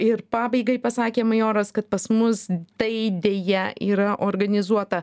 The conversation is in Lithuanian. ir pabaigai pasakė majoras kad pas mus tai deja yra organizuota